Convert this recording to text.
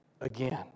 again